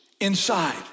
inside